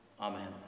Amen